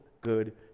good